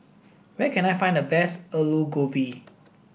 where can I find the best Aloo Gobi